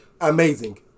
amazing